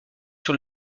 sur